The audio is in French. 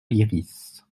lyrisse